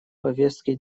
повестки